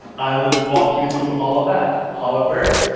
i will walk you through all of that, however,